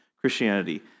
Christianity